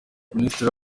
minisitiri